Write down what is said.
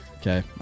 Okay